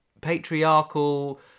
patriarchal